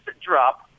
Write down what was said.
drop